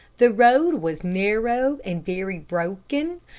the road was narrow and very broken,